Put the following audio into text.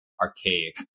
archaic